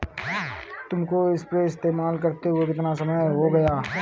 तुमको स्प्रेयर इस्तेमाल करते हुआ कितना समय हो गया है?